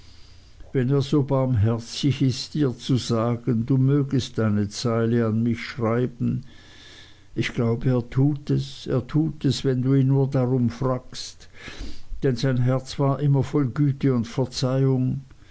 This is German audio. wenn er so barmherzig ist dir zu sagen du mögest eine zeile an mich schreiben ich glaube er tut es er tut es wenn du ihn nur darum frägst denn sein herz war immer voll güte und verzeihung